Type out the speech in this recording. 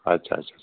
अच्छा अच्छा